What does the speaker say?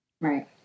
Right